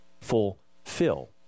fulfill